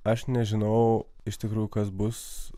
aš nežinau iš tikrųjų kas bus